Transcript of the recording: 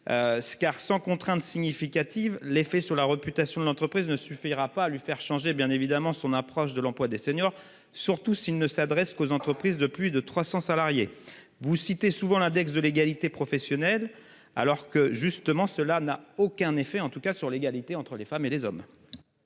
car sans contrainte significative l'effet sur la réputation de l'entreprise ne suffira pas à lui faire changer bien évidemment son approche de l'emploi des seniors, surtout s'il ne s'adresse qu'aux entreprises de plus de 300 salariés. Vous citez souvent l'index de l'égalité professionnelle alors que justement cela n'a aucun effet en tout cas sur l'égalité entre les femmes et les hommes.